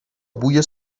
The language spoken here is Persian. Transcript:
بوی